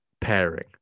pairing